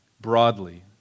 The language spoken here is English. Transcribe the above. broadly